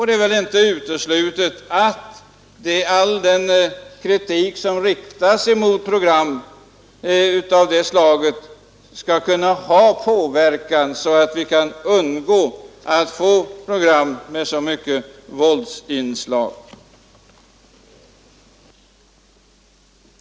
Det är väl inte heller uteslutet att all den kritik som riktas mot program med våldsinslag kan leda till att vi i fortsättningen slipper sådana program.